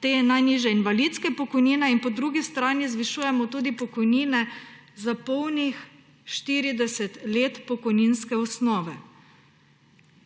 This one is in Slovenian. te najnižje invalidske pokojnine in po drugi strani zvišujemo tudi pokojnine za polnih 40 let pokojninske osnove.